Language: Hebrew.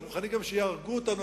אנחנו מוכנים גם שיהרגו אותנו,